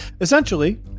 Essentially